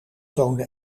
toonde